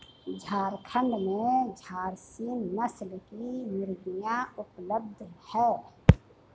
झारखण्ड में झारसीम नस्ल की मुर्गियाँ उपलब्ध है